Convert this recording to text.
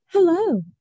Hello